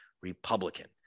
republican